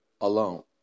alone